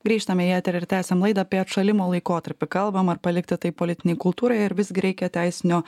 grįžtame į eterį ir tęsiam laidą apie atšalimo laikotarpį kalbam ar palikti tai politinei kultūrai ar visgi reikia teisinio